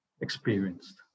experienced